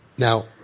Now